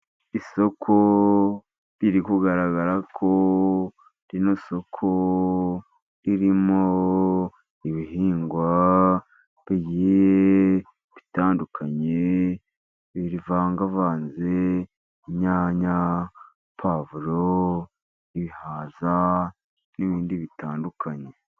Isoko riri kugaragara ko rino soko ririmo ibihingwa bigiye bitandukanye, bivangavanze. inyanya, pwavuro, ibihaza n'ibindi bitandukanye.